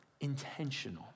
intentional